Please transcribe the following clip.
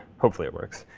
hopefully, it works.